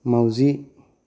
माउजि